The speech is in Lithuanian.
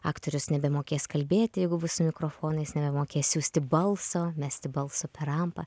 aktorius nebemokės kalbėti jeigu bus su mikrofonais nebemokės siųsti balso mesti balso per rampą